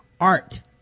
Art